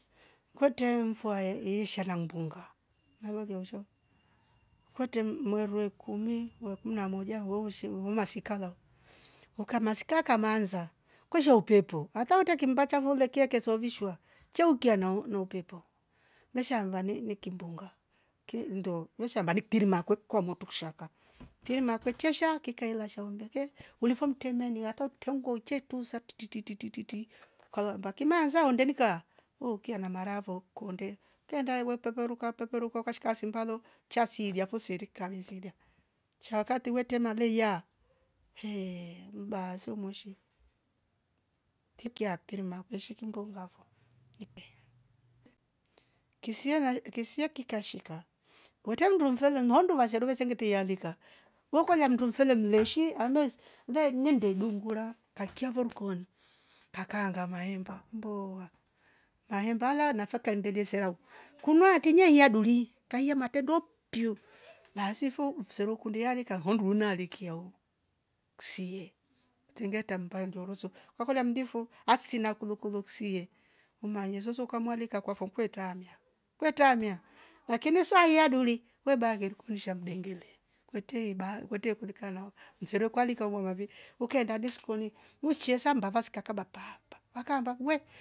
Kwete mfua iisha na mulowasha kwete mweru wa kumi we kumi na moja weushi we masikala ukamasika kamanza kwisha upepo hata utaki mbachavole kieke sovishwa chaukia nau na upepo mesha amvani ni kimbuga ki ndo mesha vani kitirima kweeke motwa kishaka pwilu mwakekeksha kikaila shaumbeke ulifo mtemenia ata utengua uchetuza ti ti ti ti ukawamba kimaza wendi kaa ukia na mavaro ukonde kiandae wepeperuka peperuka ukashika sindalo chasilia afo sirika mmesilia chao kati wetema leia ehhh mbazomushi tikia aktirima weshi kungonga foo. kisiame kisia kikashika utem ndumfedhe ngandu vaseluve sengetia lika wekolia mndu fele mleshi ame mvei ni dedungura katiavo mkoni kakaa ngama emba mbowa. maembala nafe kaendelezea kunuati nyeia duli kaia pwii basi fo msero kundiani kahonduni likia ooh ksie tingia tambaya ndoroso wakolia mdifu asina kulukulu ksie umanye zozo ukamualika kwa fokwe tamia wetamia lakini sio aiyaduli webaki ndikunisha mndengele kwete iba kwete kurikano mserue kwali kaumwa mavi ukienda disconi mbava zikakaba paah paa wakamba we